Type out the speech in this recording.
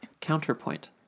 Counterpoint